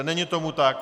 Není tomu tak.